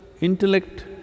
intellect